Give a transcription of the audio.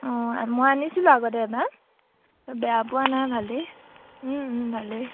অঁ মই আনিছিলোঁ আগতে এবাৰ বেয়া পোৱা নাই ভালেই ও ভালেই